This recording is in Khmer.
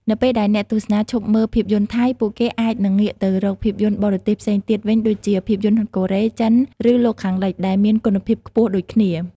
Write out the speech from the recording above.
នៅពេលដែលអ្នកទស្សនាឈប់មើលភាពយន្តថៃ ពួកគេអាចនឹងងាកទៅរកភាពយន្តបរទេសផ្សេងទៀតវិញដូចជា ភាពយន្តកូរ៉េ ចិន ឬលោកខាងលិច ដែលមានគុណភាពខ្ពស់ដូចគ្នា។